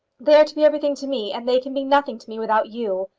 they are to be everything to me, and they can be nothing to me without you.